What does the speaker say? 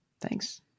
Thanks